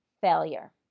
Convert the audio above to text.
failure